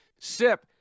Sip